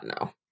no